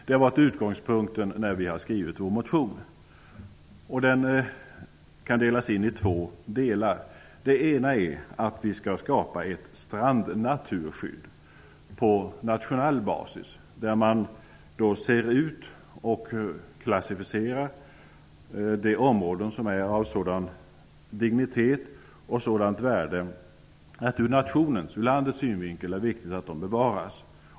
Det har varit utgångspunkten när vi har skrivit vår motion. Motionen kan delas in i två delar. Den ena handlar om att skapa ett strandnaturskydd på nationell basis. Man ser ut och klassificerar de områden som är av sådan dignitet och sådant värde att det ur nationens, landets synvinkel är viktigt att de bevaras.